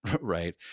Right